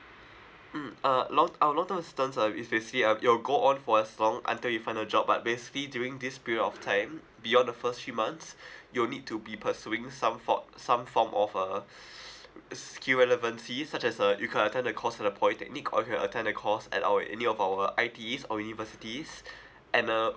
mm uh long our long term assistance uh is basically um it'll go on for as long until you find a job but basically during this period of time beyond the first three months you'll need to be pursuing some for~ some form of uh skill relevancy such as uh you can attend a course at a polytechnic or you can attend a course at our any of our I_Ts or universities and uh